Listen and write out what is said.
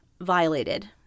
violated